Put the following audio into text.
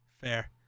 fair